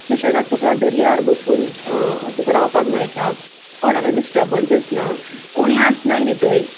I मीन सुशेगाद तुका दर्यार बसून तुका रावपाक मेळटा कोणाचो डिस्टरबन्स आसना कोणूय आसनाय बी थंय